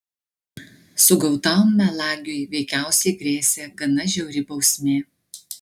sugautam melagiui veikiausiai grėsė gana žiauri bausmė